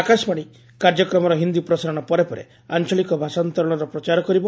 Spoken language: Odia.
ଆକାଶବାଶୀ କାର୍ଯ୍ୟକ୍ରମର ହିନ୍ଦୀ ପ୍ରସାରଣ ପରେ ପରେ ଆଞଳିକ ଭାଷାନ୍ତରଣର ପ୍ରଚାର କରିବ